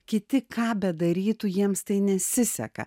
kiti ką bedarytų jiems tai nesiseka